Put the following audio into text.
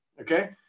Okay